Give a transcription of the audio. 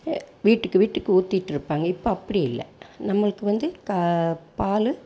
வீட்டுக்கு வீட்டுக்கு ஊத்திட்டுருப்பாங்க இப்போ அப்படி இல்லை நம்மளுக்கு வந்து பால்